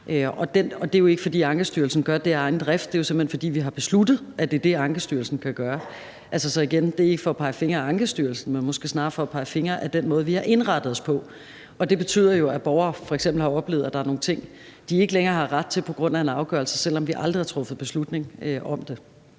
Og det er jo ikke, fordi Ankestyrelsen gør det af egen drift; det er simpelt hen, fordi vi har besluttet, at det er det, Ankestyrelsen kan gøre. Igen vil jeg sige, at det ikke er for at pege fingre ad Ankestyrelsen, men måske snarere for at pege fingre ad den måde, vi har indrettet os på. Det betyder jo, at borgere f.eks. har oplevet, at der er nogle ting, de ikke længere har ret til på grund af en afgørelse, selv om vi aldrig har truffet beslutning om det.